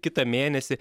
kitą mėnesį